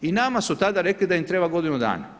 I nama su tada rekli da im treba godinu dana.